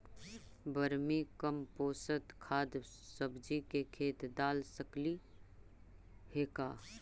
Vermi compost खाद सब्जी के खेत दाल सकली हे का?